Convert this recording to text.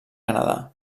canadà